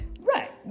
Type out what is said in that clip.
Right